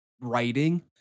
writing